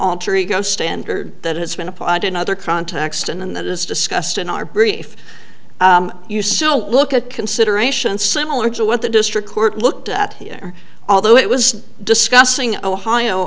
alter ego standard that has been applied in other contexts and that is discussed in our brief you so look at considerations similar to what the district court looked at here although it was discussing ohio